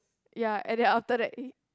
ya and then after that he